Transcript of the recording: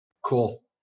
Cool